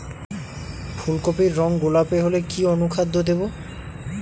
ফুল কপির রং গোলাপী হলে কি অনুখাদ্য দেবো?